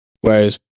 Whereas